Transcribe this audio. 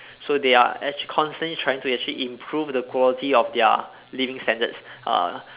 so they are actual constantly trying to actually improve the quality of their living standards uh